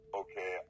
okay